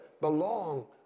belong